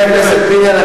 חבר הכנסת פיניאן,